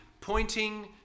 pointing